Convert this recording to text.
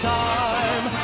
time